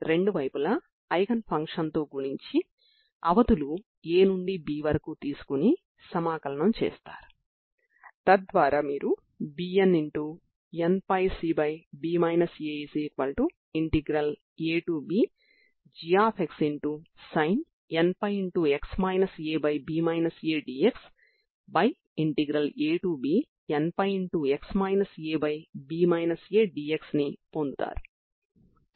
పూర్తి డొమైన్లో ప్రారంభ నియమాలు కలిగిన తరంగ సమీకరణానికి డిఅలెమ్బెర్ట్ పరిష్కారం మాత్రమే పరిష్కారమని మీరు చూపించవచ్చు